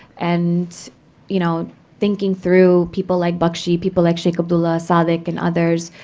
and you know thinking through people like bakshi, people like sheikh abdullah, sadiq, and others,